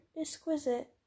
exquisite